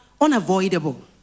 unavoidable